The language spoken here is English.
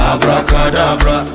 Abracadabra